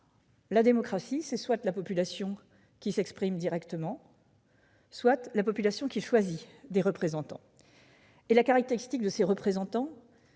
La démocratie, c'est soit la population qui s'exprime directement, soit la population qui choisit des représentants. Une fois élus, ces derniers